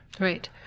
Right